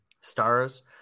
stars